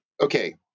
okay